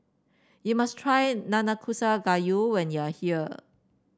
you must try Nanakusa Gayu when you are here